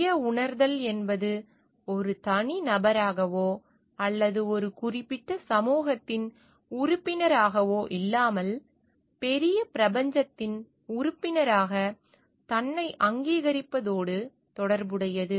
சுய உணர்தல் என்பது ஒரு தனி நபராகவோ அல்லது ஒரு குறிப்பிட்ட சமூகத்தின் உறுப்பினராகவோ இல்லாமல் பெரிய பிரபஞ்சத்தின் உறுப்பினராக தன்னை அங்கீகரிப்பதோடு தொடர்புடையது